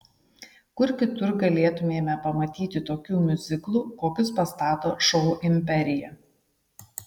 kur kitur galėtumėme pamatyti tokių miuziklų kokius pastato šou imperija